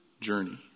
journey